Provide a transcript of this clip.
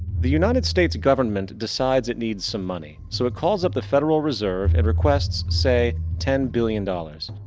the united states government decides it needs some money. so it calls up the federal reserve and requests, say, ten billion dollars.